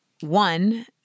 one